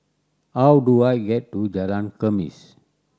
how do I get to Jalan Khamis